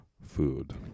food